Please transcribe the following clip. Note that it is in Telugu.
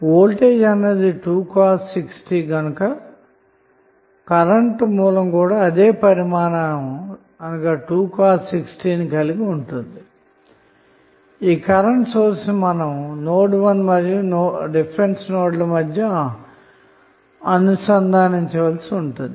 వోల్టేజ్ విలువ గనక కరెంట్ కూడా కూడా అదే పరిమాణం ని కలిగి ఉంటుంది ఈ కరెంటు సోర్స్ ని మనం నోడ్ 1 మరియు రిఫరెన్స్ నోడ్ ల మధ్య అనుసంధానించవలసి ఉంటుంది